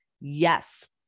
yes